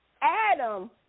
Adam